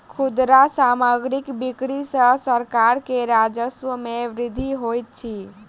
खुदरा सामग्रीक बिक्री सॅ सरकार के राजस्व मे वृद्धि होइत अछि